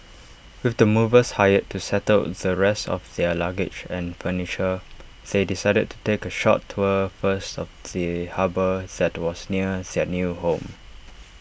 with the movers hired to settle the rest of their luggage and furniture they decided to take A short tour first of the harbour that was near their new home